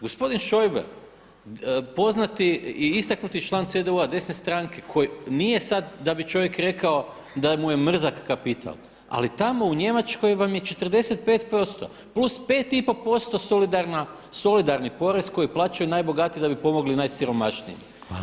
Gospodin Schäuble poznati i istaknuti član CDU-a, desne stranke koji nije sada da bi čovjek rekao da mu je mrzak kapital ali tamo u Njemačkoj vam je 45% plus 5,5% solidarni porez koji plaćaju najbogatiji da bi pomogli najsiromašnijima.